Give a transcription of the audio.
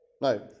No